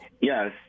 Yes